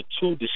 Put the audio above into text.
two